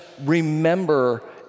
remember